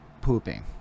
pooping